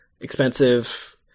expensive